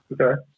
Okay